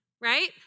right